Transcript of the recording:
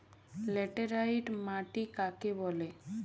Laterite মাটি কাকে বলে?